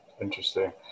Interesting